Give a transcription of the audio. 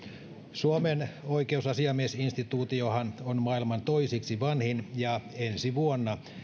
suomen oikeusasiamiesinstituutiohan on maailman toiseksi vanhin ja ensi vuonna